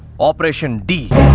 operation d